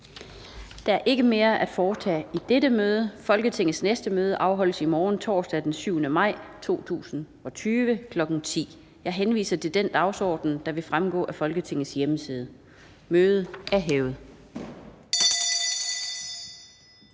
Der er ikke mere at foretage i dette møde. Folketingets næste møde afholdes i morgen, torsdag den 7. maj 2020, kl. 10.00. Jeg henviser til den dagsorden, der vil fremgå af Folketingets hjemmeside. Mødet er hævet.